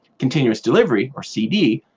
continuous delivery, or cd,